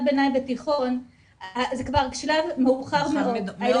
הביניים והתיכון זה כבר שלב מאוחר מאוד.